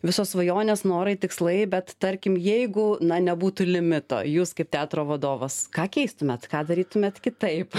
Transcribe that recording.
visos svajonės norai tikslai bet tarkim jeigu na nebūtų limito jūs kaip teatro vadovas ką keistumėt ką darytumėt kitaip